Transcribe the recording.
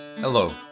Hello